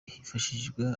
hifashishijwe